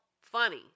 funny